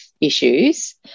issues